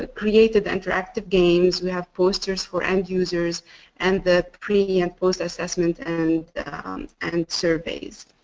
ah created interactive games. we have posters for end users and the pre and post assessment and and surveys.